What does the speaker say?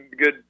good –